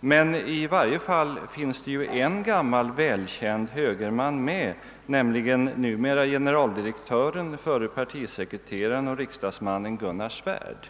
Men i varje fall finns ju en gammal välkänd högerman med, nämligen numera generaldirektören, förre partisekreteraren och förre riksdagsmannen Gunnar Svärd.